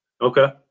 Okay